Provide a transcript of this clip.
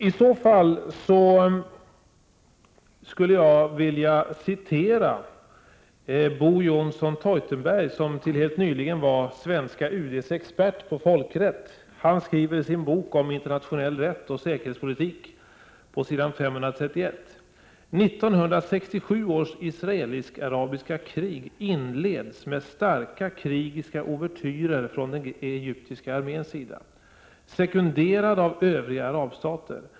Om det är på det sättet skulle jag vilja åberopa Bo Johnson Theutenberg, som till helt nyligen var UD:s expert på folkrättsfrågor. Han skriver på s. 531 i sin bok om internationell rätt och säkerhetspolitik: 1967 års israelisk-arabiska krig inleds med starka krigiska ouvertyrer från den egyptiska arméns sida sekunderad av övriga arabstater.